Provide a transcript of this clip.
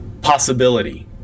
possibility